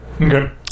Okay